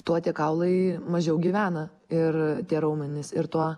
tuo tie kaulai mažiau gyvena ir tie raumenys ir tuo